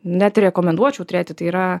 net ir rekomenduočiau turėti tai yra